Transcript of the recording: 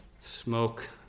smoke